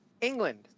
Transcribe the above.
England